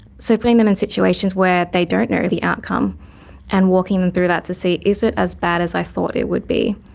so putting them in situations where they don't know the outcome and walking them through that to see is it as bad as i thought it would be,